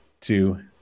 two